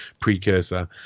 precursor